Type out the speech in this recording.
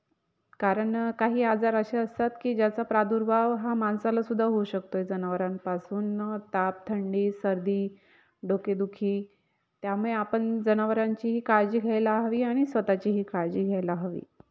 कारण काही आजार असे असतात की ज्याचा प्रादुर्भाव हा माणसालासुद्धा होऊ शकतो आहे जनावरांपासून ताप थंडी सर्दी डोकेदुखी त्यामुळे आपण जनावरांचीही काळजी घ्यायला हवी आणि स्वतःचीही काळजी घ्यायला हवी